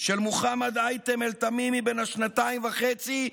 של מוחמד היית'ם אל-תמימי בן השנתיים וחצי,